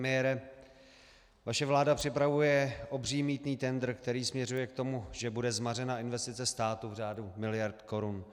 Pan premiére, vaše vláda připravuje obří mýtný tendr, který směřuje k tomu, že bude zmařena investice státu v řádu miliard korun.